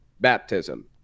baptism